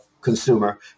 consumer